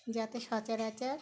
যাতে সচরাচর